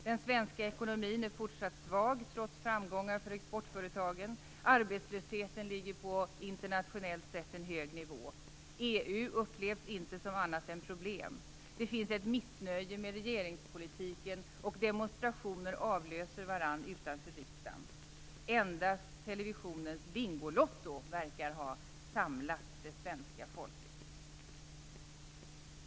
Den svenska ekonomin är fortsatt svag, trots framgångar för exportföretagen. Arbetslösheten ligger på en internationellt sett hög nivå. EU upplevs inte som annat än problem. Det finns ett missnöje med regeringspolitiken, och demonstrationer avlöser varandra utanför riksdagen. Endast televisionens Bingolotto verkar ha samlat det svenska folket.